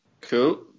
cool